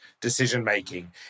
decision-making